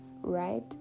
right